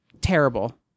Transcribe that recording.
terrible